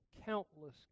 countless